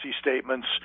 statements